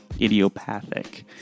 idiopathic